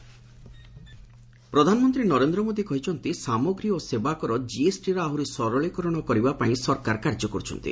PM Maharashtra ପ୍ରଧାନମନ୍ତ୍ରୀ ନରେନ୍ଦ୍ର ମୋଦି କହିଛନ୍ତି ସାମଗ୍ରୀ ଓ ସେବାକର ଜିଏସ୍ଟି ର ଆହୁରି ସରଳିକରଣ ପାଇଁ ସରକାର କାର୍ଯ୍ୟ କରୁଛନ୍ତି